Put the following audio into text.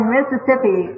Mississippi